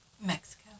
Mexico